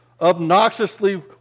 Obnoxiously